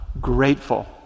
Grateful